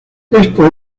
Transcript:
esto